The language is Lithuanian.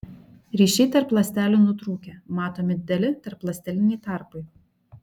ryšiai tarp ląstelių nutrūkę matomi dideli tarpląsteliniai tarpai